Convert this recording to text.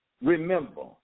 remember